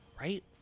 right